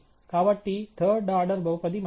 కాబట్టి third order బహుపది మంచిది